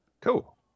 cool